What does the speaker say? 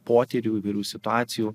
potyrių įvairių situacijų